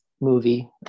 movie